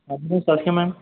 ਹਾਂਜੀ ਮੈਮ ਸਤਿ ਸ਼੍ਰੀ ਅਕਾਲ ਮੈਮ